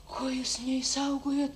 ko jūs neišsaugojot